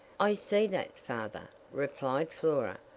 i see that, father, replied flora,